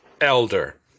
Elder